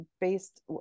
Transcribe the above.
based